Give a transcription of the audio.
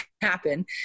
happen